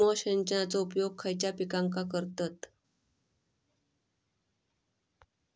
सूक्ष्म सिंचनाचो उपयोग खयच्या पिकांका करतत?